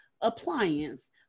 appliance